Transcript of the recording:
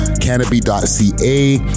Canopy.ca